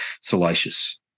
salacious